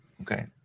Okay